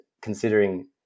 Considering